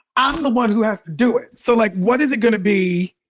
i'm the one who has to do it. so, like, what is it going to be?